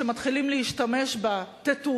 שמתחילים להשתמש בהן,